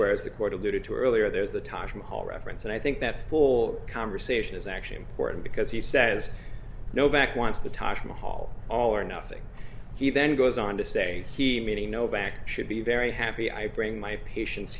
where is the court alluded to earlier there's the taj mahal reference and i think that full conversation is actually important because he says novak wants the taj mahal all or nothing he then goes on to say he meaning no back should be very happy i bring my patien